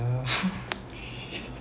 ya